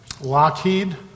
Lockheed